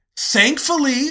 Thankfully